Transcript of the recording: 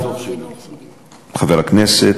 חבר הכנסת,